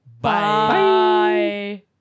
Bye